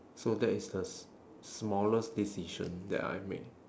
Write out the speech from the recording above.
so that is the s~ smallest decision that I make